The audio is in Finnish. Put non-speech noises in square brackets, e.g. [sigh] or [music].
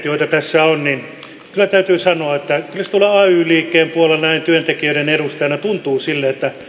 [unintelligible] joita tässä on täytyy sanoa että tuolla ay liikkeen puolella näin työntekijöiden edustajana tuntuu siltä että